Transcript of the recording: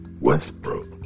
Westbrook